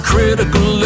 critical